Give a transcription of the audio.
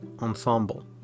ensemble